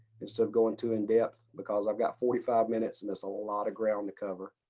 instead of going too in-depth because i've got forty five minutes in this, a whole lot of ground to cover,